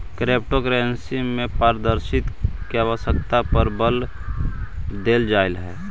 crypto currency में पारदर्शिता के आवश्यकता पर बल देल जाइत हइ